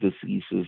diseases